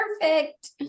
perfect